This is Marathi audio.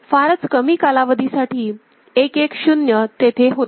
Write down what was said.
फारच कमी कालावधीसाठी 1 1 0 तेथे होता